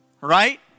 right